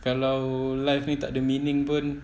kalau life ni takde meaning pun